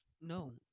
No